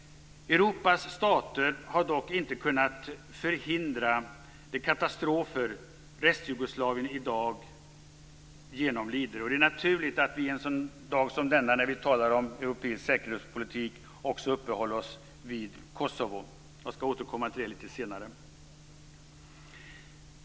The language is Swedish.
Europas stater har dock inte kunnat förhindra de katastrofer Restjugoslavien i dag genomlider. Det är naturligt att vi en dag som denna, när vi talar om europeisk säkerhetspolitik, också uppehåller oss vid situationen i Kosovo. Jag skall återkomma till det lite senare.